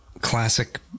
classic